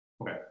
Okay